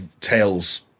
Tales